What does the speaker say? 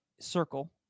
circle